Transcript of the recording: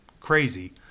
crazy